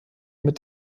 mit